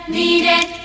needed